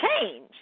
change